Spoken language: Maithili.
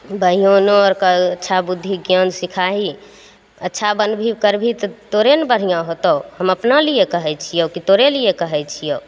बहिनो आरके अच्छा बुद्धि ज्ञान सिखाही अच्छा बनबही कर भी तऽ तोरे ने बढ़िआँ होतौ हम अपना लिए कहय छियौ कि तोरे लिए कहय छियौ